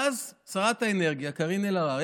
ואז שרת האנרגיה קארין אלהרר,